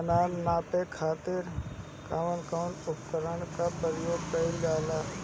अनाज नापे खातीर कउन कउन उपकरण के प्रयोग कइल जाला?